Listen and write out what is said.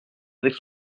avec